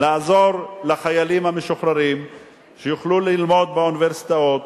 ביקשתי לעזור לחיילים המשוחררים שיוכלו ללמוד באוניברסיטאות,